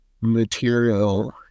material